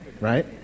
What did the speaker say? right